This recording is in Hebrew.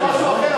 זה משהו אחר,